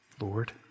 Lord